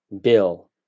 Bill